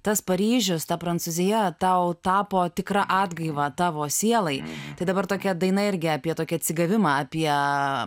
tas paryžius ta prancūzija tau tapo tikra atgaiva tavo sielai tai dabar tokia daina irgi apie tokį atsigavimą apie